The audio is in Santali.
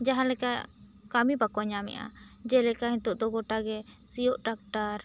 ᱡᱟᱦᱟᱸ ᱞᱮᱠᱟ ᱠᱟᱹᱢᱤ ᱵᱟᱠᱚ ᱧᱟᱢᱮᱭᱟ ᱡᱮᱞᱮᱠᱟ ᱱᱤᱛᱚᱜ ᱫᱚ ᱜᱚᱴᱟ ᱥᱤᱭᱚᱜ ᱴᱟᱠᱴᱟᱨ